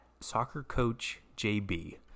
SoccerCoachJB